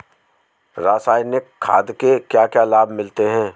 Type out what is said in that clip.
रसायनिक खाद के क्या क्या लाभ मिलते हैं?